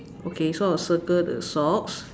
okay so I'll circle the socks